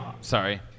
sorry